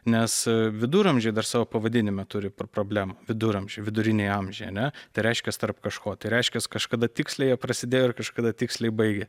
nes viduramžiai dar savo pavadinime turi problemą viduramžiai viduriniai amžiai ar ne tai reiškias tarp kažko reiškias kažkada tiksliai jie prasidėjo ir kažkada tiksliai baigė